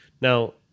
Now